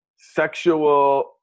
Sexual